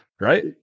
Right